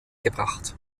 gebracht